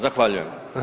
Zahvaljujem.